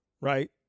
right